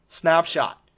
snapshot